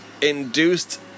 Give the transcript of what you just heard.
induced